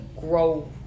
grow